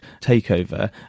takeover